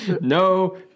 No